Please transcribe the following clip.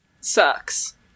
sucks